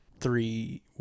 three